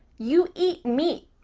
you eat meat,